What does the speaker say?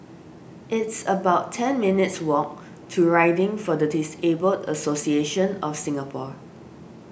it's about ten minutes' walk to Riding for the Disabled Association of Singapore